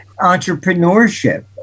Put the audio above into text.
entrepreneurship